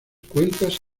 cuentas